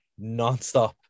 nonstop